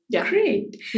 Great